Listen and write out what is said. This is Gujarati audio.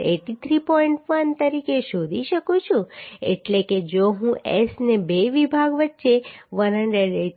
1 તરીકે શોધી શકું છું એટલે કે જો હું S ને બે વિભાગ વચ્ચે 183